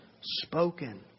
spoken